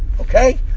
okay